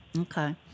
Okay